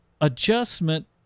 adjustment